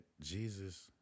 Jesus